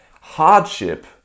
Hardship